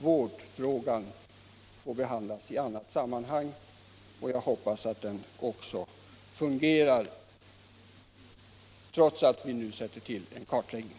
Vårdfrågan får behandlas i ett annat sammanhang. Jag hoppas att vården skall fungera, trots att vi nu skall göra en kartläggning.